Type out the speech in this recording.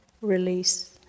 release